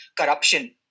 corruption